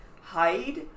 hide